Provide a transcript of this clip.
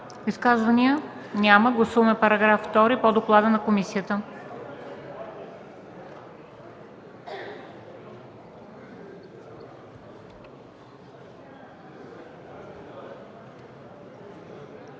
Изказвания? Няма. Гласуваме § 20 по доклада на комисията.